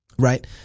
Right